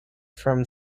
from